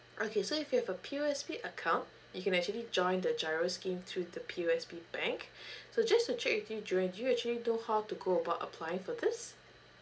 okay so if you have a P_O_S_B account you can actually join the GIRO scheme through the P_O_S_B bank so just to check with you johan do you actually know how to go about applying for this